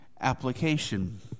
application